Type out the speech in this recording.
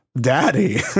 Daddy